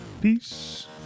peace